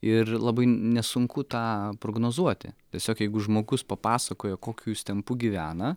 ir labai nesunku tą prognozuoti tiesiog jeigu žmogus papasakojo kokiu jis tempu gyvena